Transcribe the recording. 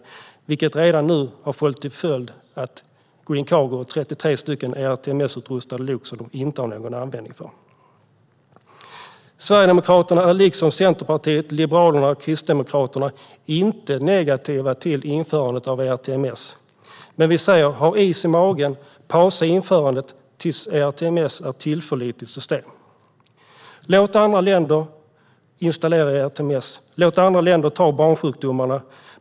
Detta har redan nu fått till följd att Green Cargo har 33 ERTMS-utrustade lok som de inte har någon användning för. Sverigedemokraterna är liksom Centerpartiet, Liberalerna och Kristdemokraterna inte negativa till införandet av ERTMS. Men vi säger: Ha is i magen! Pausa införandet till dess att ERTMS är ett tillförlitligt system! Låt andra länder installera ERTMS! Låt andra länder ta barnsjukdomarna!